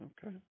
Okay